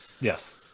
yes